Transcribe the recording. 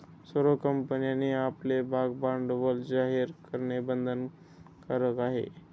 सर्व कंपन्यांनी आपले भागभांडवल जाहीर करणे बंधनकारक आहे